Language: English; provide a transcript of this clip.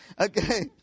Okay